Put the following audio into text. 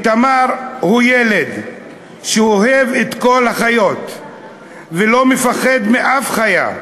איתמר הוא ילד שאוהב את כל החיות ולא מפחד משום חיה,